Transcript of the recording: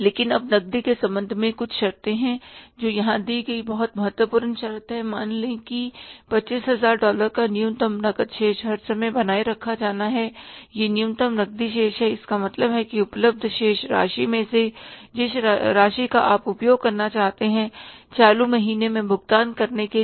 लेकिन अब नकदी के संबंध में कुछ शर्तें हैं जो यहां दी गई बहुत महत्वपूर्ण शर्त है मान लें कि 25000 डॉलर का न्यूनतम नकद शेष हर समय बनाए रखा जाना है यह न्यूनतम नकदी शेष है इसका मतलब है कि उपलब्ध शेष राशि में से जिस राशि का आप उपयोग करना चाहते हैं चालू महीने में भुगतान करने के लिए